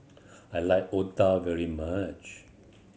I like otah very much